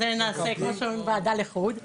לזה נעשה, כמו שאומרים, וועדה לחוד.